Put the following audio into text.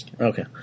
Okay